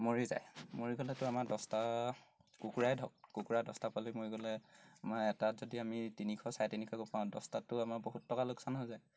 মৰি যায় মৰি গ'লেতো আমাৰ দছটা কুকুৰাই ধৰক কুকুৰা দছটা পোৱালি মৰি গ'লে আমাৰ এটাত যদি আমি তিনিশ চাৰে তিনিশকৈ পাওঁ দছটাততো আমাৰ বহুত টকা লোকচান হৈ যায়